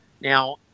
Now